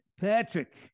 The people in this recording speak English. Patrick